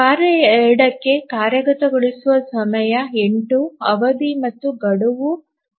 ಕಾರ್ಯ 2 ಕ್ಕೆ ಕಾರ್ಯಗತಗೊಳಿಸುವ ಸಮಯ 8 ಅವಧಿ ಮತ್ತು ಗಡುವು 12